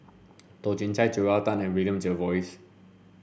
Toh Chin Chye Joel Tan and William Jervois